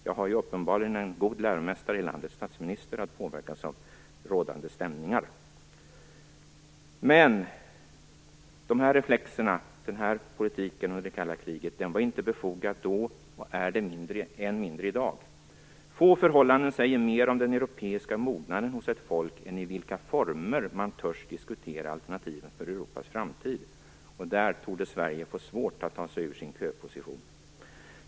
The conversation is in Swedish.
Jag har uppenbarligen en god läromästare i landets statsminister när det gäller att påverkas av rådande stämningar. Men reflexerna och politiken under det kalla kriget var inte befogade då och är det än mindre i dag. Få förhållanden säger mer om den europeiska mognaden hos ett folk än i vilka former man törs diskutera alternativen för Europas framtid. Där torde Sverige få svårt att ta sig ur sin köposition.